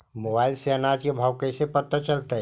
Mobile से अनाज के भाव कैसे पता चलतै?